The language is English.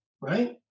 Right